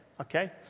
Okay